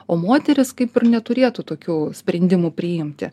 o moterys kaip ir neturėtų tokių sprendimų priimti